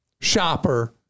shopper